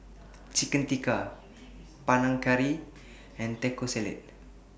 Chicken Tikka Panang Curry and Taco Salad